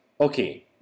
okay